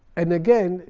and again,